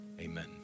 Amen